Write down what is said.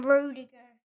Rudiger